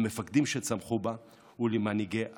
למפקדים שצמחו בה ולמנהיגי הדת.